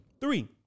three